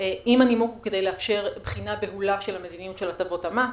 אם הנימוק לכך הוא כדי לאפשר בחינה בהולה של המדיניות של הטבות המס.